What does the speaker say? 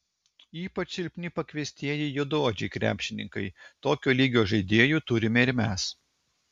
ypač silpni pakviestieji juodaodžiai krepšininkai tokio lygio žaidėjų turime ir mes